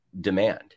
demand